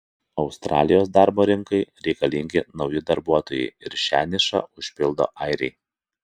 australijos darbo rinkai reikalingi nauji darbuotojai ir šią nišą užpildo airiai